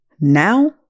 now